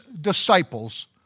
disciples